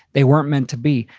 they weren't meant to be.